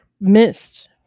missed